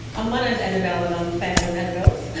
ah my name is annabelle and i'm a fan of annabel's.